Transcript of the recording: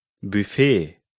Buffet